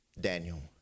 Daniel